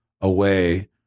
away